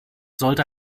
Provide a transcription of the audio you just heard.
sollte